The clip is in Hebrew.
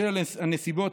בשל הנסיבות,